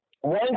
One